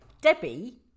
Debbie